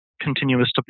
continuous